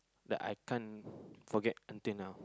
that I can't forgot until now